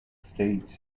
stage